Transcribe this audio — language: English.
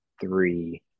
three